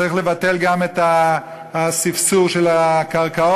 צריך לבטל גם את הספסור בקרקעות,